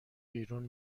بیرون